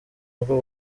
rugo